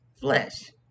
flesh